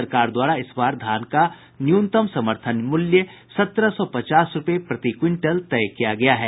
सरकार द्वारा इस बार धान का समर्थन मूल्य सत्रह सौ पचास रूपये प्रति क्विंटल तय किया गया है